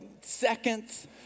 seconds